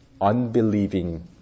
unbelieving